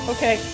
Okay